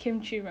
ramen